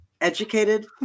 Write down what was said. educated